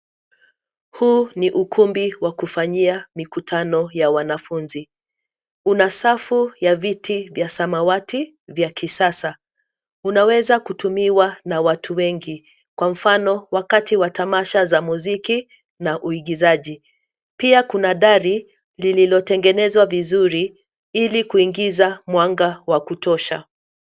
Huu ni ukumbi wa kufanyia mikutano ya wanafunzi. Una safu ya viti vya samawati vya kisasa. Unaweza kutumiwa na watu wengi, kwa mfano wakati wa tamasha za muziki na uigizaji. Pia kuna dari lililotengenezwa vizuri ili kuingiza mwanga wa kutosha.